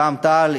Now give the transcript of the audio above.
רע"ם-תע"ל,